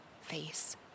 face